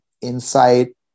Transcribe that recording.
insight